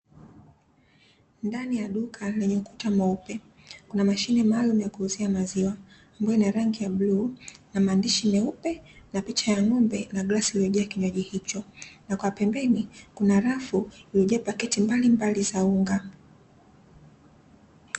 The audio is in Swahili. Ndani ya duka lenye ukuta mweupe, kuna mashine maalumu ya kuuzia maziwa, ambayo ina rangi ya bluu na maandishi meupe na picha ya ng'ombe, na glasi imejaa kinywaji hicho na kwa pembeni kuna rafu imejaa paketi mbalimbali za unga.